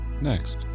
Next